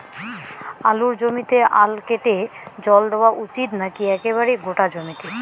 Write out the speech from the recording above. আলুর জমিতে আল কেটে জল দেওয়া উচিৎ নাকি একেবারে গোটা জমিতে?